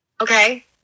Okay